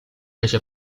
fece